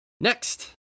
Next